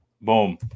boom